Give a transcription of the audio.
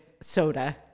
soda